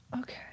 Okay